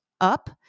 up